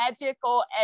magical